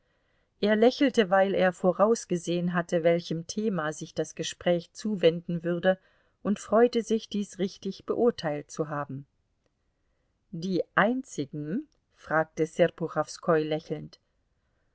er lächelte weil er vorausgesehen hatte welchem thema sich das gespräch zuwenden würde und freute sich dies richtig beurteilt zu haben die einzigen fragte serpuchowskoi lächelnd